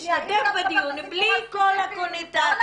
שתשתתף בדיון בלי כל הקונוטציות --- רגע,